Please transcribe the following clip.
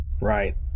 Right